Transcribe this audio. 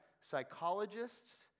psychologists